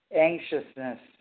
Anxiousness